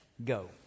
go